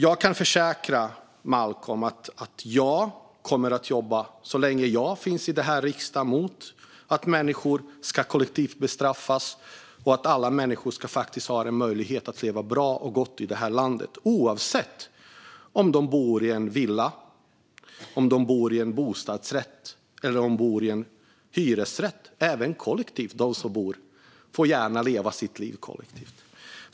Jag kan försäkra Malcolm Momodou Jallow om att jag så länge jag finns i den här riksdagen kommer att jobba mot att människor bestraffas kollektivt och för att alla människor ska ha en möjlighet att leva bra och gott i det här landet, oavsett om de bor i villa, bostadsrätt eller hyresrätt. Även de som bor kollektivt får gärna leva sina liv som de vill!